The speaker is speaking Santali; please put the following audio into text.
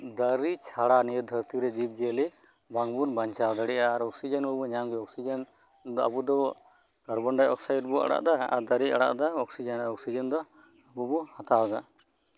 ᱠᱟᱨᱚᱱ ᱫᱟᱨᱮᱹ ᱪᱷᱟᱲᱟ ᱡᱤᱵᱽ ᱡᱤᱭᱟᱹᱞᱤ ᱵᱟᱝᱵᱚᱱ ᱵᱟᱧᱪᱟᱣ ᱫᱟᱲᱮᱭᱟᱜᱼᱟ ᱟᱨ ᱚᱠᱥᱤᱡᱮᱱ ᱢᱟᱵᱚᱱ ᱧᱟᱢᱮᱫ ᱜᱮ ᱟᱨ ᱚᱠᱤᱡᱮᱱ ᱟᱵᱚ ᱫᱚ ᱠᱟᱨᱵᱚᱱᱰᱟᱭ ᱚᱠᱥᱟᱭᱤᱰ ᱵᱚᱱ ᱟᱲᱟᱜ ᱮᱫᱟ ᱟᱨ ᱫᱟᱨᱮ ᱟᱲᱟᱜ ᱮᱫᱟ ᱚᱠᱥᱤᱡᱮᱱ ᱚᱠᱥᱤᱡᱮᱱ ᱫᱚ ᱟᱵᱚ ᱵᱚᱱ ᱦᱟᱛᱟᱣ ᱮᱫᱟ